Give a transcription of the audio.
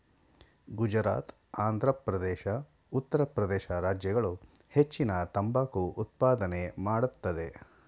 ಗುಜರಾತ್, ಆಂಧ್ರಪ್ರದೇಶ, ಉತ್ತರ ಪ್ರದೇಶ ರಾಜ್ಯಗಳು ಹೆಚ್ಚಿನ ತಂಬಾಕು ಉತ್ಪಾದನೆ ಮಾಡತ್ತದೆ